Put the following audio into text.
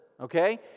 okay